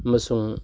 ꯑꯃꯁꯨꯡ